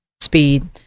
speed